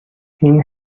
این